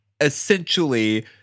essentially